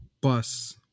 bus